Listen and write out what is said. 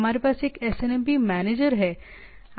हमारे पास एक SNMP मैनेजर है